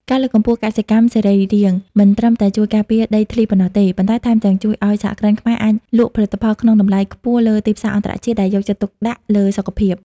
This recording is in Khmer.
ការលើកកម្ពស់កសិកម្មសរីរាង្គមិនត្រឹមតែជួយការពារដីធ្លីប៉ុណ្ណោះទេ ប៉ុន្តែថែមទាំងជួយឱ្យសហគ្រិនខ្មែរអាចលក់ផលិតផលក្នុងតម្លៃខ្ពស់លើទីផ្សារអន្តរជាតិដែលយកចិត្តទុកដាក់លើសុខភាព។